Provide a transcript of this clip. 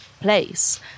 place